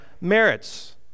merits